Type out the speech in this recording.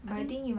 but I think